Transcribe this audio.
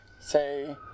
say